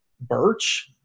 Birch